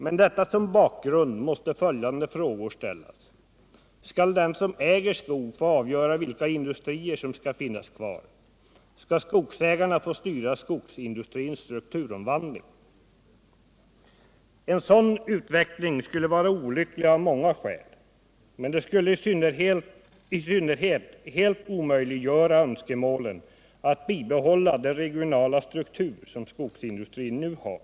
Med detta som bakgrund måste följande frågor ställas: Skall den som äger skog få avgöra vilka industrier som skall finnas kvar? Skall skogsägarna få styra skogsindustrins strukturomvandling? En sådan utveckling skulle vara olycklig av många skäl. Men den skulle i synnerhet helt omöjliggöra önskemålen att bibehålla den regionala struktur som skogsindustrin nu har.